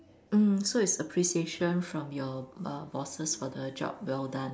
mm so it's appreciation from your err bosses for the job well done